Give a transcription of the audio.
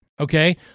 Okay